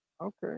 Okay